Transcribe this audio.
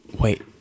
Wait